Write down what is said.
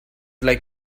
like